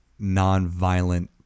nonviolent